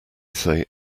say